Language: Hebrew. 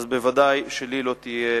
אז ודאי שלי לא תהיה